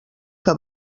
que